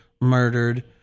murdered